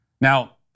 Now